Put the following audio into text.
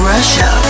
Russia